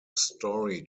story